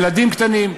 ילדים קטנים,